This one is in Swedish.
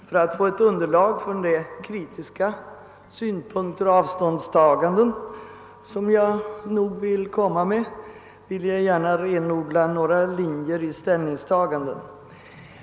För att få ett underlag för en del kritiska synpunkter och avståndstaganden vill jag gärna renodla några linjer i mitt ställningstagande.